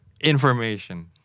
Information